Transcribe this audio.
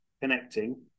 connecting